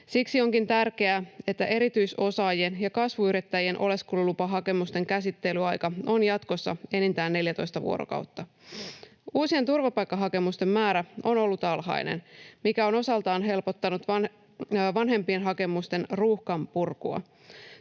Siksi onkin tärkeää, että erityisosaajien ja kasvuyrittäjien oleskelulupahakemusten käsittelyaika on jatkossa enintään 14 vuorokautta. Uusien turvapaikkahakemusten määrä on ollut alhainen, mikä on osaltaan helpottanut vanhempien hakemusten ruuhkan purkua.